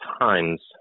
times